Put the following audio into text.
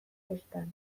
festan